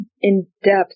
in-depth